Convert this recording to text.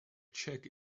check